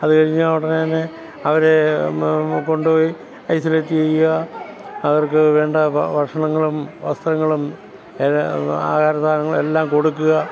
അതുകഴിഞ്ഞാൽ ഉടനെ തന്നെ അവരെ കൊണ്ടുപോയി ഐസൊലേറ്റ് ചെയ്യുക അവര്ക്ക് വേണ്ട ഭക്ഷണങ്ങളും വസ്ത്രങ്ങളും എല്ലാം ആഹാരസാധനങ്ങളും എല്ലാം കൊടുക്കുക